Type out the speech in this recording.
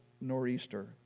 nor'easter